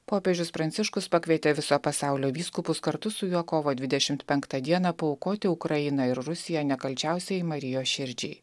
popiežius pranciškus pakvietė viso pasaulio vyskupus kartu su juo kovo dvidešimt penktą dieną paaukoti ukrainą ir rusiją nekalčiausiajai marijos širdžiai